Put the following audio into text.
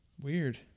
Weird